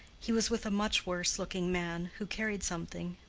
he was with a much worse-looking man, who carried something,